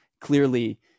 clearly